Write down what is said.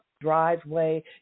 driveway